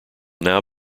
now